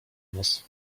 nos